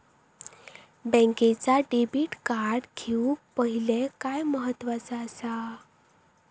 बँकेचा debit card घेउक पाहिले काय महत्वाचा असा?